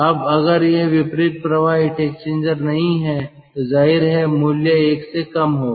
अब अगर यह विपरीत प्रवाह हीट एक्सचेंजर नहीं है तो जाहिर है मूल्य एक से कम होगा